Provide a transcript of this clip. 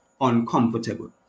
uncomfortable